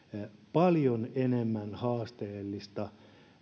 paljon enemmän haasteellisia